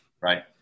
right